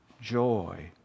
joy